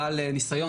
בעל ניסיון,